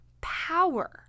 power